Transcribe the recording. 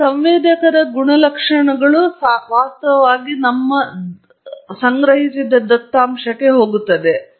ಆ ಸಂವೇದಕದ ಗುಣಲಕ್ಷಣಗಳು ವಾಸ್ತವವಾಗಿ ದತ್ತಾಂಶಕ್ಕೆ ಹೋಗುತ್ತದೆ